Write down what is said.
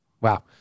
Wow